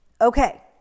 Okay